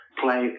play